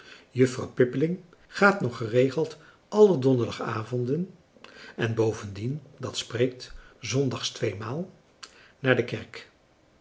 juffrouw pippeling gaat nog geregeld alle donderdagavonden en bovendien dat spreekt zondags tweemaal naar de kerk